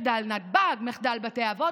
מחדל נתב"ג, מחדל בתי האבות.